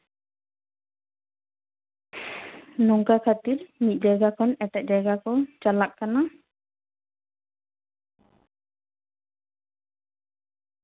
ᱱᱚᱝᱠᱟ ᱠᱷᱟᱹᱛᱤᱨ ᱢᱤᱫ ᱡᱟ ᱭᱜᱟ ᱠᱷᱚᱱ ᱮᱴᱟᱜ ᱡᱟᱭᱜᱟ ᱠᱚ ᱪᱟᱞᱟᱜ ᱠᱟᱱᱟ